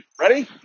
Ready